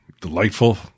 delightful